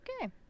Okay